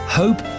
hope